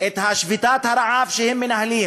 שביתת הרעב שהם מנהלים,